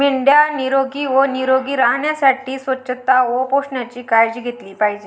मेंढ्या निरोगी व निरोगी राहण्यासाठी स्वच्छता व पोषणाची काळजी घेतली पाहिजे